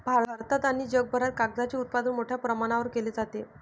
भारतात आणि जगभरात कागदाचे उत्पादन मोठ्या प्रमाणावर केले जाते